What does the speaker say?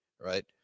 right